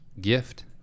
gift